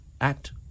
act